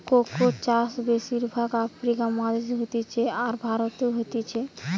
cocoa চাষ বেশির ভাগ আফ্রিকা মহাদেশে হতিছে, আর ভারতেও হতিছে